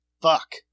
fuck